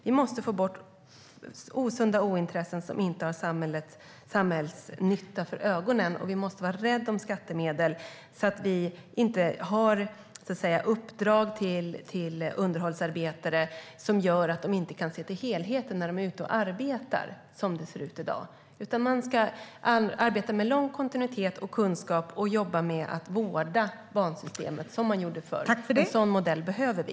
Vi måste få bort osunda intressen som inte har samhällets nytta för ögonen, och vi måste vara rädda om skattemedel så att vi inte har uppdrag till underhållsarbetare som gör att de inte, som det är i dag, kan se till helheten när de är ute och arbetar. Man ska arbeta med lång kontinuitet och kunskap och med att vårda bansystemet som man gjorde förr. En sådan modell behöver vi.